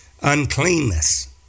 Uncleanness